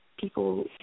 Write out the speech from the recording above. People